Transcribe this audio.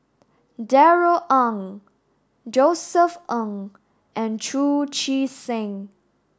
Darrell Ang Josef Ng and Chu Chee Seng